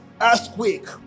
earthquake